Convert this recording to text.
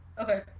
Okay